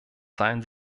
seien